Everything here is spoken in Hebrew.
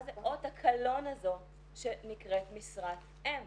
מה זה אות הקלון הזו שנקראת משרת אם.